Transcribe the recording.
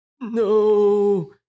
No